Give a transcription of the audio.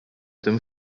tym